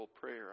prayer